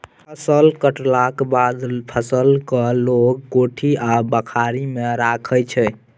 फसल कटलाक बाद फसल केँ लोक कोठी आ बखारी मे राखै छै